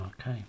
Okay